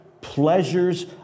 pleasures